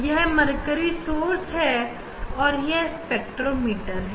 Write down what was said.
यह mercury source है और यह स्पेक्ट्रोमीटर है